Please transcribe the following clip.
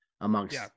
amongst